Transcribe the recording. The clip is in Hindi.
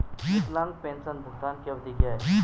विकलांग पेंशन भुगतान की अवधि क्या है?